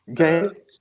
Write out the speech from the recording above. okay